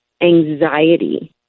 anxiety